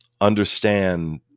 understand